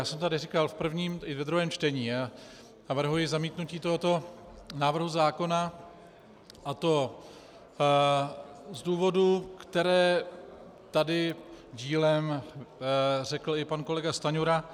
Já jsem tady říkal v prvním i ve druhém čtení, navrhuji zamítnutí tohoto návrhu zákona, a to z důvodů, které tady dílem řekl i pan kolega Stanjura.